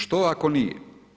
Što ako nije?